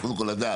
קודם כל לדעת